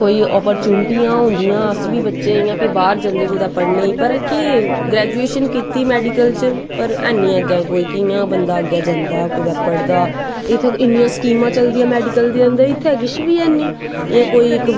कोई अप्परचून्टियां होंदियां अस बी बच्चे इयां फिर बाह्र जंदे कुतै पढ़ने पर की ग्रैजुएशन कीती मैडिकल च पर ऐनी अग्गैं कोई की इ'यां बंदा अग्गैं जंदा कुतै पढ़दा इत्थैं इन्नियां स्कीमां चलदियां मैडिकल दे अन्दर इत्थैं किश बी ऐनी इयां कोई इक